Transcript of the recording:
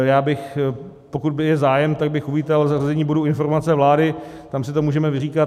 Já bych, pokud by byl zájem, tak bych uvítal zařazení bodu informace vlády, tam si to můžeme vyříkat.